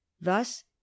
Thus